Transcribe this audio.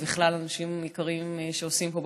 ובכלל אנשים יקרים שעושים פה,